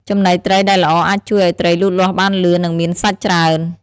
ចំណីត្រីដែលល្អអាចជួយឲ្យត្រីលូតលាស់បានលឿន និងមានសាច់ច្រើន។